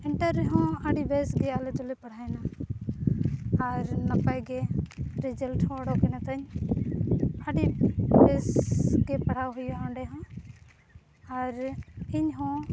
inter ᱨᱮᱦᱚᱸ ᱟᱹᱰᱤ ᱵᱮᱥᱜᱮ ᱟᱞᱮᱫᱚᱞᱮ ᱯᱟᱲᱦᱟᱭᱮᱱᱟ ᱟᱨ ᱱᱟᱯᱟᱭᱜᱮ ᱨᱮᱡᱟᱞᱴᱦᱚᱸ ᱚᱰᱚᱠᱮᱱᱟᱛᱤᱧ ᱟᱹᱰᱤ ᱵᱮᱥᱜᱮ ᱯᱟᱲᱦᱟᱣ ᱦᱩᱭᱩᱜᱼᱟ ᱚᱸᱰᱮᱦᱚᱸ ᱟᱨ ᱤᱧᱦᱚᱸ